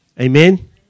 Amen